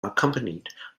accompanied